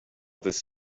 this